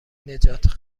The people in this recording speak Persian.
نجات